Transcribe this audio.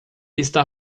está